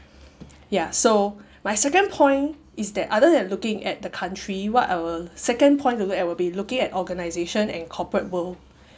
ya so my second point is that other than looking at the country what I will second point to look at we'll be looking at organisation and corporate world